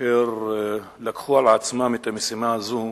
אשר לקחו על עצמם את המשימה הזו,